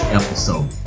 episode